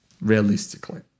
realistically